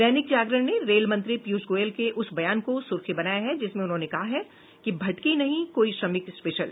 दैनिक जागरण ने रेल मंत्री पीयूष गोयल के उस बयान को सुर्खी बनाया है जिसमें उन्होंने कहा है कि भटकी नहीं कोई श्रमिक स्पेशल